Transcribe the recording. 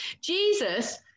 Jesus